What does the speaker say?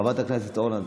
חברת הכנסת אורנה ברביבאי.